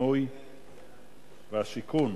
הבינוי והשיכון,